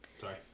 Sorry